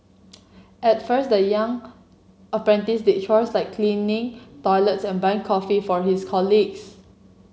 at first the young apprentice did chores like cleaning toilets and buying coffee for his colleagues